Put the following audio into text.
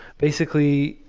basically,